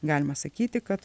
galima sakyti kad